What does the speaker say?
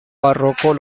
párroco